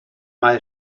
mae